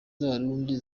z’abarundi